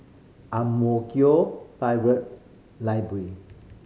Ang Mo Kio Library